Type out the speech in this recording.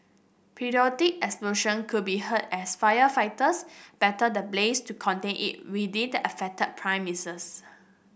periodic explosion could be heard as firefighters battle the blaze to contain it within the affected premises